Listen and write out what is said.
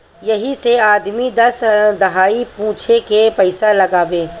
यही से आदमी दस दहाई पूछे के पइसा लगावे